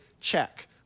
Check